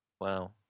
Wow